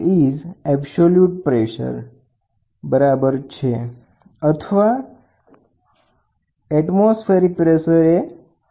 તો આપણે અગાઉ જે કંઈ પણ અભ્યાસ કર્યો તે 4 પ્રકારના અલગ અલગ દબાણો જેવા કે gauge pressure total pressure differential pressure અને એબ્સોલ્યુટ પ્રેશર